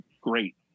great